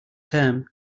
term